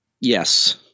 Yes